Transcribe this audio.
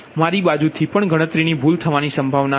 તેથી મારી બાજુથી પણ ગણતરીની ભૂલ થવાની સંભાવના છે